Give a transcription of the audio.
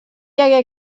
hagué